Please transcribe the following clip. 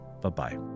bye-bye